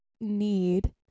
need